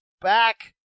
back